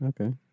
Okay